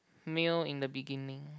male in the beginning